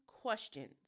questions